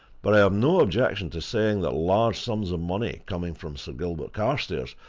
but i have no objection to saying that large sums of money, coming from sir gilbert carstairs,